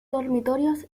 dormitorios